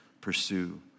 pursue